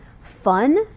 fun